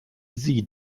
sie